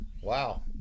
Wow